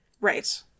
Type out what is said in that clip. Right